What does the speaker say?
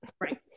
Right